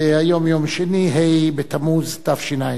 היום יום שני, ה' בתמוז התשע"ב,